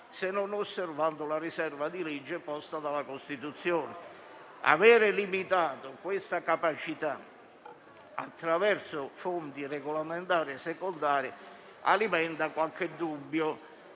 se non osservando la riserva di legge posta dalla Costituzione - aver limitato questa capacità attraverso fonti regolamentari e secondarie alimenta qualche dubbio